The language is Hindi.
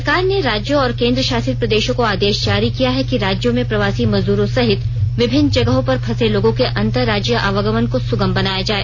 सरकार ने राज्यों और केंद्र शासित प्रदेशों को आदेश जारी किया है कि राज्यों में प्रवासी मजदूरों सहित विभिन्न जगहों पर फंसे लोगों के अंतर राज्यीय आवागमन को सुगम बनाया जाए